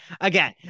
again